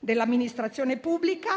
dell'amministrazione e faccio